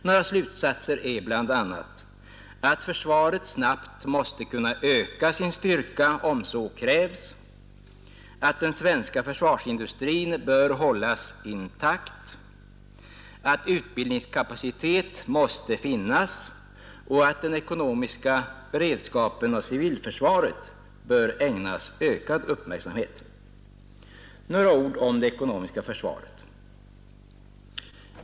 Några slutsatser av detta är bl.a. att försvaret snabbt måste kunna öka sin styrka om så krävs, att den svenska försvarsindustrin bör hållas intakt, att utbildningskapacitet måste finnas och att den ekonomiska beredskapen och civilförsvaret bör ägnas ökad uppmärksamhet. Några ord om det ekonomiska försvaret!